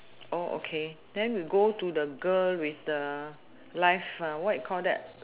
oh okay then we'll go to the girl with the live err what you call that